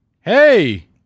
Hey